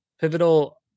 pivotal